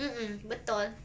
mmhmm betul